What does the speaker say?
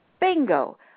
Bingo